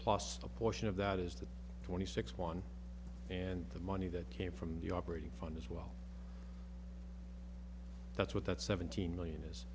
plus the portion of that is the twenty six one and the money that came from the operating fund as well that's what that seventeen million is